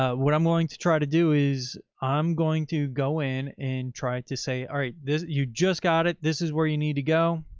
um what i'm willing to try to do is i'm going to go in and try to say, all right, this, you just got it. this is where you need to go.